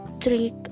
three